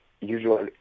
usually